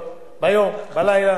והביאה את הצעת החוק הזאת,